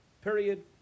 Period